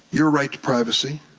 your right to privacy,